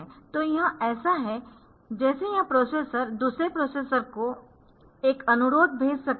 तो यह ऐसा है जैसे यह प्रोसेसर दूसरे प्रोसेसर को एक अनुरोध भेज सकता है